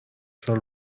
سال